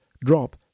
Drop